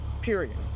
period